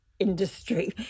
industry